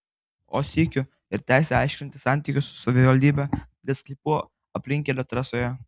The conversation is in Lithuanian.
o sykiu ir teisę aiškintis santykius su savivaldybe dėl sklypų aplinkkelio trasoje